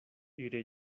iré